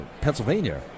Pennsylvania